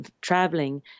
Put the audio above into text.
traveling